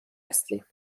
هستیم